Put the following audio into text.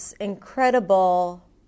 incredible